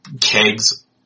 kegs